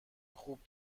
خوب